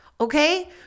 okay